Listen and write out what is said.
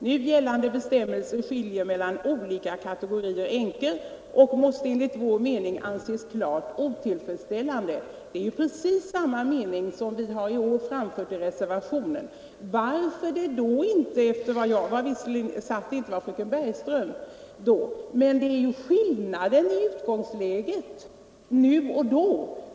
Nu gällande bestämmelser skiljer mellan olika kategorier änkor och det måste enligt vår mening anses klart otillfredsställande.” Detta är ju precis samma mening som vi i år framfört i reservationen. Men det är skillnad i utgångsläget nu och då.